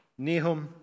Nehum